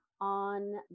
on